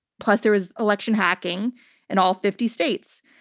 plus, there was election hacking in all fifty states.